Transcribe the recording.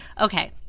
Okay